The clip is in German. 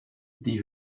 die